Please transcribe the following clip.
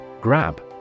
Grab